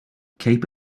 cape